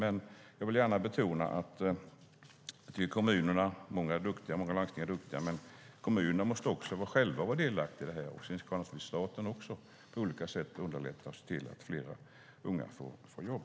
Men jag vill gärna betona att kommunerna - många kommuner och landsting är duktiga - själva måste vara delaktiga i detta. Även staten kan på olika sätt underlätta för fler unga att få jobb.